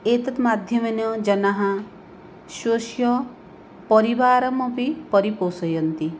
एतत् माध्यमेन जनाः स्वस्य परिवारमपि परिपोषयन्ति